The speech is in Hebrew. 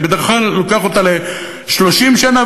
אני בדרך כלל לוקח אותה ל-30 שנה,